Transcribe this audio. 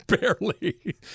Barely